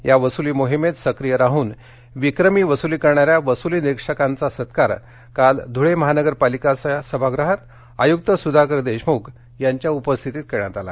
या वसुली मोहिमेत सक्रिय राहून विक्रमी वसुली करणार्याप वसुली निरीक्षकांचा सत्कार काल धुळे महानगर पालिका सभागृहात आयुक्त सुधाकर देशमुख यांच्या उपस्थितीत करण्यात आला